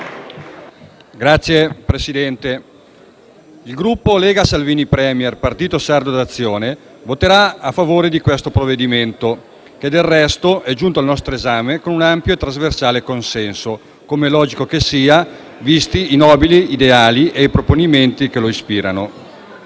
Signor Presidente, il Gruppo Lega-Salvini Premier-Partito Sardo d'Azione voterà a favore di questo provvedimento, che, del resto, è giunto al nostro esame con un ampio e trasversale consenso, come è logico che sia, visti i nobili ideali e i proponimenti che lo ispirano.